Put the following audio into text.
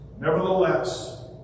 Nevertheless